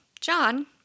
John